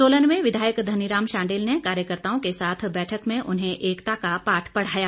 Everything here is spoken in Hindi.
सोलन में विधायक धनीराम शांडिल ने कार्यकर्ताओं के साथ बैठक में उन्हें एकता का पाठ पढ़ाया